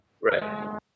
Right